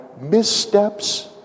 missteps